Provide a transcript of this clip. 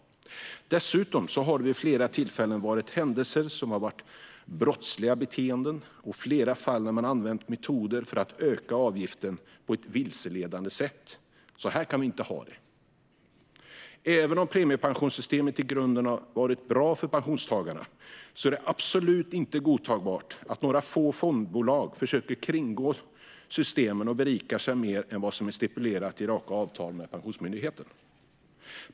Dessutom har det vid flera tillfällen inträffat händelser som har varit brottsliga beteenden. I flera fall har man använt metoder för att öka avgiften på ett vilseledande sätt. Så här kan vi inte ha det. Även om premiepensionssystemet i grunden har varit bra för pensionstagarna är det absolut inte godtagbart att några få fondbolag försöker kringgå systemen och berikar sig mer än vad som är stipulerat i raka avtal med Pensionsmyndigheten.